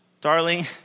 darling